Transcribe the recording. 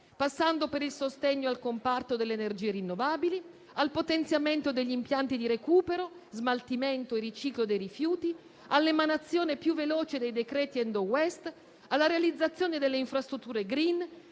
passando per il sostegno al comparto delle energie rinnovabili, al potenziamento degli impianti di recupero, smaltimento e riciclo dei rifiuti, all'emanazione più veloce dei decreti *end of waste*, alla realizzazione delle infrastrutture *green*,